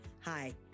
Hi